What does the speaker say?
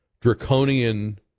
Draconian